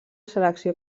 selecció